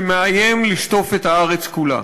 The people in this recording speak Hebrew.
שמאיים למשוך את הארץ כולה.